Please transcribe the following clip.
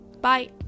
bye